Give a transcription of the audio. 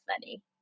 money